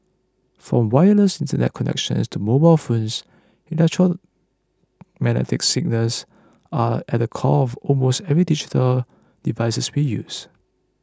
from wireless Internet connections to mobile phones electromagnetic signals are at the core of almost every digital device we use